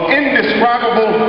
indescribable